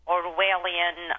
Orwellian